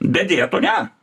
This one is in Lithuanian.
bet deja to ne